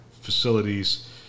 facilities